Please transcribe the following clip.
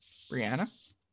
Brianna